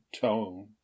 tone